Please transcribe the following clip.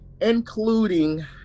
including